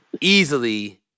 easily